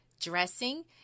dressing